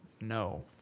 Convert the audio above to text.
No